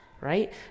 right